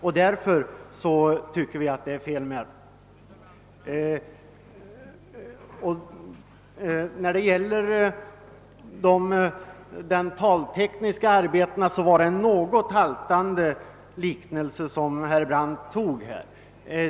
Vi anser därför att det är befogat med undantag. Herr Brandt gjorde en något haltande liknelse i fråga om de dentaltekniska arbetena.